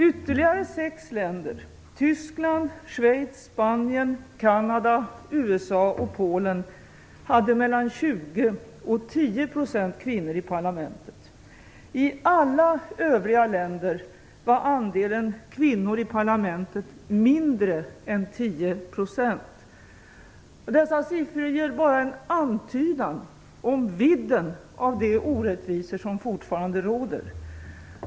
Ytterligare sex länder - Tyskland, Schweiz, Spanien, Canada, USA och Polen - hade mellan 20 och 10 % kvinnor i parlamentet. I alla övriga länder var andelen kvinnor i parlamentet mindre än 10 %. Dessa siffror ger bara en antydan om vidden av de orättvisor som fortfarande råder.